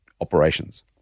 operations